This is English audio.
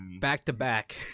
back-to-back